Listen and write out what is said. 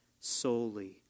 solely